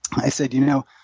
i said, you know,